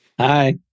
Hi